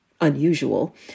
unusual